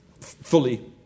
fully